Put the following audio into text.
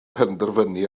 penderfynu